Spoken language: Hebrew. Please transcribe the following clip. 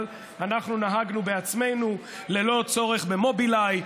אנחנו נהגנו בעצמנו ללא צורך במובילאיי,